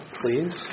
please